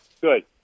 Good